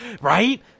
Right